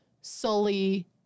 Sully-